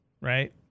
right